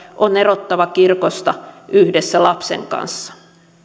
on erottava kirkosta yhdessä lapsen kanssa